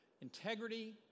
integrity